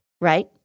right